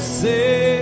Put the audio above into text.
say